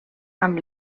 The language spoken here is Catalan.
amb